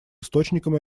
источником